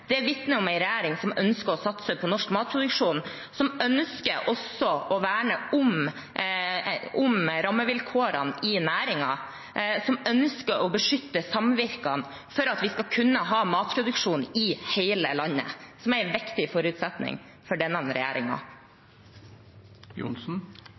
Det vitner om en regjering som ønsker å satse på norsk matproduksjon, som ønsker å verne om rammevilkårene i næringen, og som ønsker å beskytte samvirkene for at vi skal kunne ha matproduksjon i hele landet, noe som er en viktig forutsetning for denne